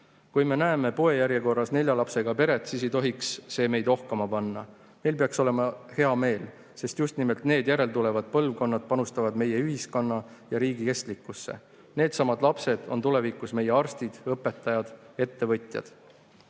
Kui me näeme poejärjekorras nelja lapsega peret, siis ei tohiks see meid ohkama panna. Meil peaks olema hea meel, sest just nimelt need järeltulevad põlvkonnad panustavad meie ühiskonna ja riigi kestlikkusse. Needsamad lapsed on tulevikus meie arstid, õpetajad ja ettevõtjad.